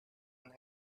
and